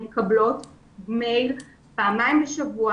מקבלות מייל פעמיים בשבוע,